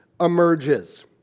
emerges